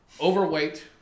overweight